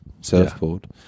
surfboard